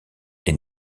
est